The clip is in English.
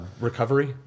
Recovery